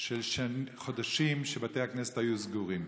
של חודשים שבתי הכנסת היו סגורים.